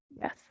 Yes